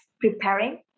preparing